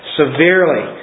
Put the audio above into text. severely